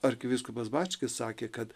arkivyskupas bačkis sakė kad